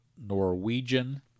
Norwegian